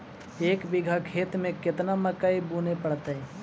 एक बिघा खेत में केतना मकई बुने पड़तै?